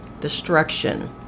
destruction